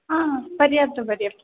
हा पर्याप्तं पर्याप्तम्